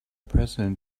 president